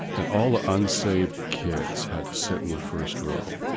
and all ah unsaved kids had to sit in the first row.